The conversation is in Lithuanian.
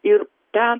ir ten